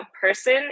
person